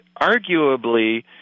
arguably